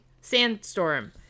sandstorm